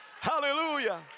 Hallelujah